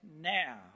now